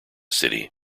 city